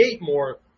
more